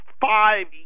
five